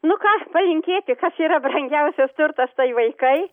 nų ką aš palinkėti kas yra brangiausias turtas tai vaikai